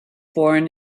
born